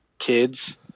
Kids